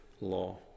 law